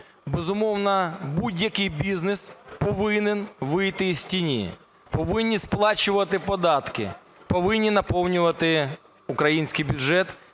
Безумовно, будь-який бізнес повинен вийти із тіні, повинні сплачувати податки, повинні наповнювати український бюджет